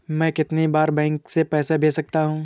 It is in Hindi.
मैं कितनी बार बैंक से पैसे भेज सकता हूँ?